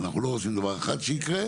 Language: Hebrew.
אבל אנחנו לא רוצים דבר אחד שיקרה.